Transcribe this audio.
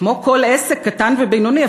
כמו כל עסק קטן ובינוני,